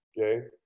okay